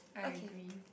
I agree